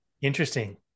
interesting